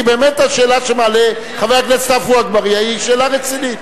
כי באמת השאלה שמעלה חבר הכנסת עפו אגבאריה היא שאלה רצינית.